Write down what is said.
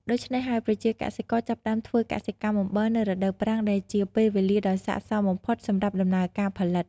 ដូច្នេះហើយ ប្រជាកសិករចាប់ផ្ដើមធ្វើកសិកម្មអំបិលនៅរដូវប្រាំងដែលជាពេលវេលាដ៏ស័ក្តិសមបំផុតសម្រាប់ដំណើរការផលិត។